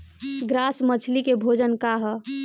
Grass मछली के भोजन का ह?